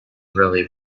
really